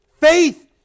Faith